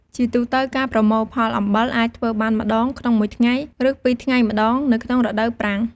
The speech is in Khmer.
ជាទូទៅ ការប្រមូលផលអំបិលអាចធ្វើបានម្តងក្នុងមួយថ្ងៃ ឬពីរថ្ងៃម្ដងនៅក្នុងរដូវប្រាំង។